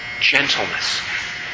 gentleness